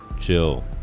chill